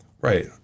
Right